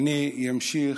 אני אמשיך